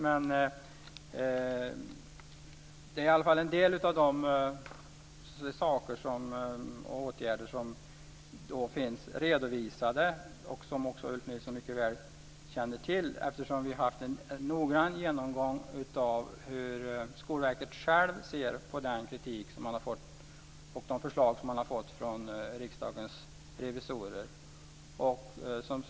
Men detta är i varje fall en del av de saker och åtgärder som finns redovisade, och som Ulf Nilsson mycket väl känner till, eftersom vi haft en noggrann genomgång av hur Skolverket självt ser på den kritik och de förslag som det har fått av Riksdagens revisorer.